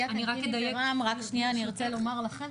אני ארצה לומר לכם,